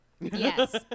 Yes